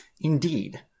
Indeed